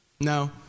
No